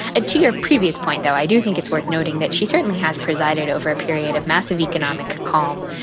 ah to your previous point, though, i do think it's worth noting that she certainly has presided over a period of massive economic calm.